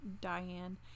Diane